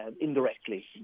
indirectly